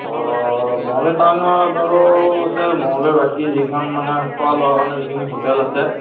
অঁ মঙলদৈ টাউনত বাৰু ইয়াতে মঙলদৈৰ বাকী যিখন মানে অকল খোৱা লোৱা কাৰণে যিখিনি হোটেল আছে